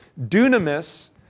Dunamis